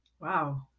Wow